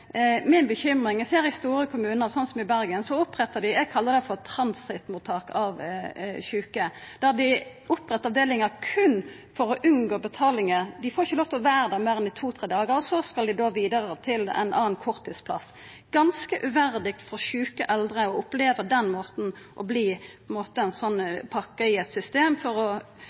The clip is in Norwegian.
bekymring er at i store kommunar, slik som i Bergen, opprettar dei det eg kallar transittmottak av sjuke, dei opprettar avdelingar berre for å unngå betalinga, dei får ikkje lov til å vera der i meir enn to–tre dagar, og så skal dei vidare til ein annan korttidsplass. Det er ganske uverdig for sjuke eldre å oppleva å verta på ein måte ein pakke i eit system for at ein skal unngå å